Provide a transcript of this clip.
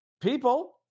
People